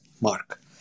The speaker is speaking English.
mark